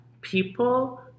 people